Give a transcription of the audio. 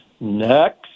next